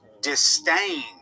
disdain